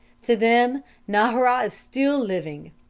to them nahra is still living